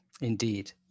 Indeed